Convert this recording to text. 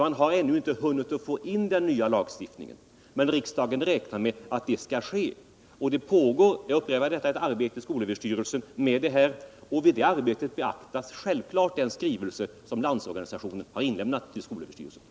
Man har inte hunnit få in den nya lagstiftningen, men riksdagen räknar med att det skall ske. Det pågår — jag upprepar det — ett arbete med detta i skolöverstyrelsen, och i det arbetet beaktas självfallet den skrivelse som Landsorganisationen har inlämnat till skolöverstyrelsen.